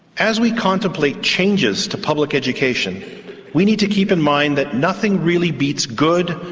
as we contemplate changes to public education we need to keep in mind that nothing really beats good,